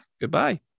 Goodbye